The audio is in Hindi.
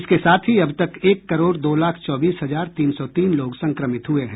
इसके साथ ही अब तक एक करोड दो लाख चौबीस हजार तीन सौ तीन लोग संक्रमित हुए हैं